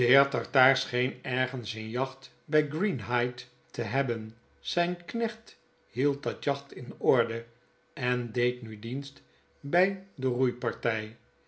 scheen ergens een jacht bij greenhithe te hebben zyn knecht hield dat jacht in orde en deed nu dienst by de